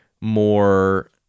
more